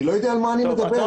אני לא יודע על מה אני מדבר.